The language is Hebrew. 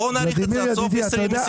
בואו נאריך את זה עד סוף 2024. ידידי,